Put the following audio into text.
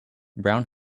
brown